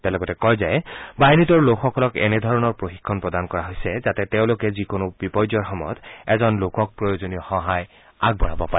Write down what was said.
তেওঁ লগতে কয় যে বাহিনীটোৰ লোকসকলক এনেধৰণে প্ৰশিক্ষণ প্ৰদান কৰা হৈছে যাতে তেওঁলোকে যিকোনো বিপৰ্যয়ৰ সময়ত এজন লোকক প্ৰয়োজনীয় সহায় আগবঢ়াব পাৰে